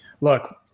look